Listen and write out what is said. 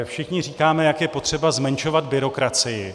Všichni říkáme, jak je potřeba zmenšovat byrokracii.